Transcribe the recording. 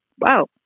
wow